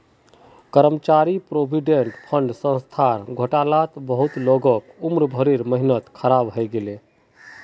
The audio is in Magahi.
कर्मचारी प्रोविडेंट फण्ड संस्थार घोटालात बहुत लोगक उम्र भरेर मेहनत ख़राब हइ गेले